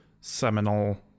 seminal